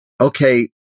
okay